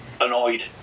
annoyed